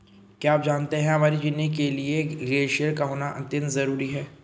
क्या आप जानते है हमारे जीने के लिए ग्लेश्यिर का होना अत्यंत ज़रूरी है?